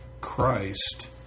Christ